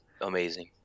amazing